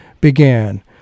began